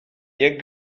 niech